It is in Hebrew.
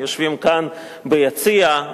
הם יושבים כאן, ביציע.